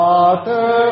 Father